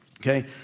Okay